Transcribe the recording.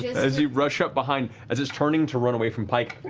as you rush up behind, as it's turning to run away from pike,